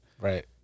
Right